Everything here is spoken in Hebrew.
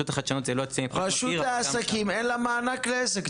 החדשנות --- לרשות לעסקים אין מענק לעסק.